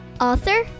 author